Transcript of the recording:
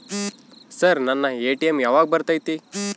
Sir ನನ್ನ ATM ಯಾವಾಗ ಬರತೈತಿ?